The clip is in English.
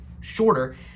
shorter